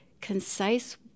concise